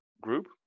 group